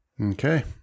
Okay